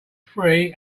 free